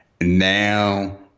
Now